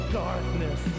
darkness